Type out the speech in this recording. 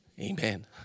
Amen